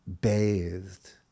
bathed